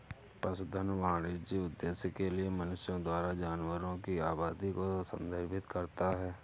पशुधन वाणिज्यिक उद्देश्य के लिए मनुष्यों द्वारा जानवरों की आबादी को संदर्भित करता है